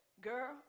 girl